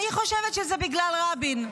אני חושבת שזה בגלל רבין,